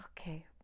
okay